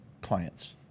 clients